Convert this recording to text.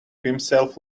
himself